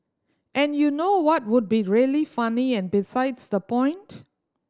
and you know what would be really funny and besides the point